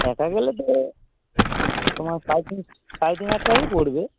একা গেলে তো তোমার সাড়ে তিন সাড়ে তিন হাজার টাকাই পড়বে